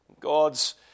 God's